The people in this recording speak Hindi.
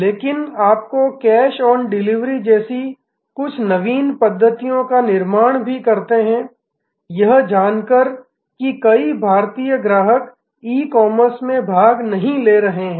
लेकिन आपको कैश ऑन डिलीवरी जैसी कुछ नवीन पद्धतियों का निर्माण भी करते हैं यह जानकर कि कई भारतीय ग्राहक ई कॉमर्स में भाग नहीं ले रहे हैं